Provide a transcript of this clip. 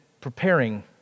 preparing